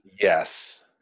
Yes